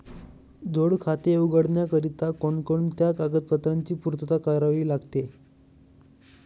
जोड खाते उघडण्याकरिता कोणकोणत्या कागदपत्रांची पूर्तता करावी लागते?